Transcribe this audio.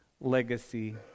legacy